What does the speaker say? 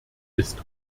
ist